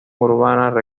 urbana